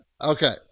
Okay